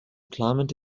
climate